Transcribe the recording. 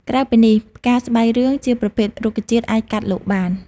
ក្រៅពីនេះ ផ្កាស្បៃរឿងជាប្រភេទរុក្ខជាតិអាចកាត់លក់បាន។